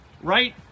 right